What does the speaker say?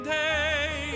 day